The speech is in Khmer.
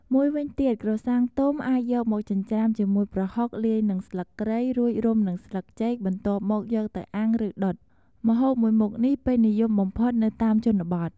មួយវិញទៀតក្រសាំងទុំ អាចយកមកចិញ្ច្រាំជាមួយប្រហុកលាយនឹងស្លឹកគ្រៃ រួចរុំនឹងស្លឹកចេកបន្ទាប់មកយកទៅអាំងឬដុត ម្ហូបមួយមុខនេះពេញនិយមបំផុតនៅតាមជនបទ។